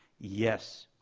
yes.